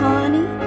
Honey